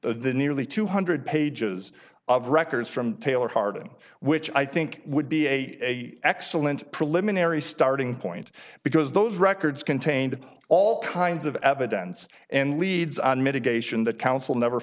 the nearly two hundred pages of records from taylor harden which i think would be a excellent preliminary starting point because those records contained all kinds of evidence and leads on mitigation that counsel never